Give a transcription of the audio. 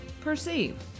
perceive